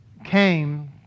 came